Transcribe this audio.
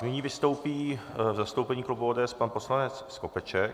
Nyní vystoupí v zastoupení klubu ODS pan poslanec Skopeček.